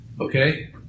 okay